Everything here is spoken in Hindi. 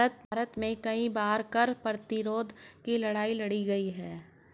भारत में कई बार कर प्रतिरोध की लड़ाई लड़ी गई है